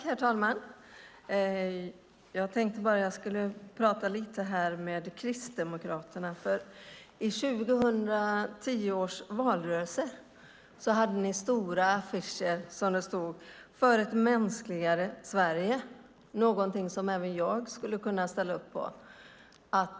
Herr talman! Jag tänkte bara att jag skulle prata lite med Kristdemokraterna. I 2010 års valrörelse hade de stora affischer där det stod "Ett mänskligare Sverige" - någonting som även jag skulle kunna ställa upp på.